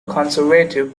conservative